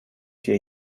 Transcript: vier